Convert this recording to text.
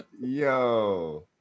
Yo